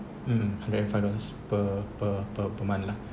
um hundred and five dollars per per per per month lah